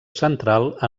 central